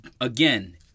again